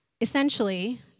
Essentially